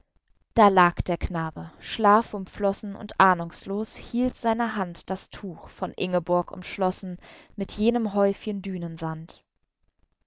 da lag der knabe schlafumflossen und ahnungslos hielt seine hand das tuch von ingeborg umschlossen mit jenem häufchen